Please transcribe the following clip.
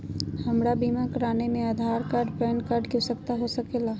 हमरा बीमा कराने में आधार कार्ड पैन कार्ड की आवश्यकता हो सके ला?